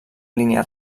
línia